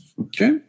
Okay